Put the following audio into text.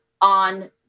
on